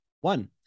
one